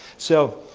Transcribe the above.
so,